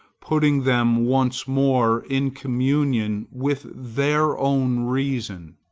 putting them once more in communication with their own reason.